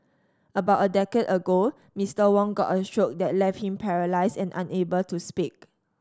about a decade ago Mister Wong got a stroke that left him paralysed and unable to speak